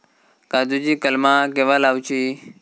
काजुची कलमा केव्हा लावची?